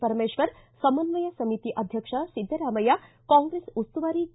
ಪರಮೇಶ್ವರ್ ಸಮನ್ವಯ ಸಮಿತಿ ಅಧ್ಯಕ್ಷ ಸಿದ್ದರಾಮಯ್ಯ ಕಾಂಗ್ರೆಸ್ ಉಸ್ತುವಾರಿ ಕೆ